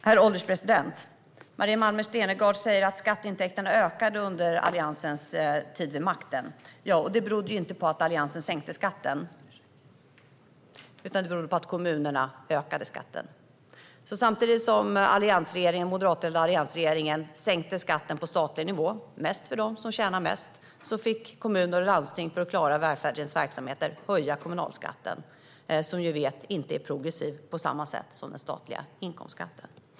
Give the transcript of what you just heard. Herr ålderspresident! Maria Malmer Stenergard säger att skatteintäkterna ökade under Alliansens tid vid makten. Ja, och det berodde ju inte på att Alliansen sänkte skatten utan på att kommunerna ökade skatten. Samtidigt som den moderatledda alliansregeringen sänkte skatten på statlig nivå - mest för dem som tjänar mest - fick kommuner och landsting för att klara välfärdens verksamheter höja kommunalskatten, som vi ju vet inte är progressiv på samma sätt som den statliga inkomstskatten.